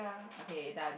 okay done